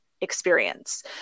experience